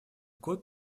год